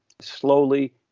slowly